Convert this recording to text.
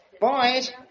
Boys